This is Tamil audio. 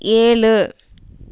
ஏழு